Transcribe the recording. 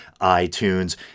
iTunes